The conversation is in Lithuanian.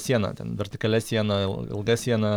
siena ten vertikalia siena ilga siena